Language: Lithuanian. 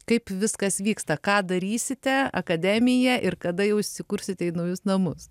kaip viskas vyksta ką darysite akademiją ir kada jau įsikursite į naujus namus